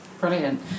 Brilliant